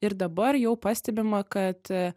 ir dabar jau pastebima kad